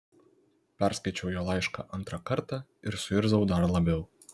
perskaičiau jo laišką antrą kartą ir suirzau dar labiau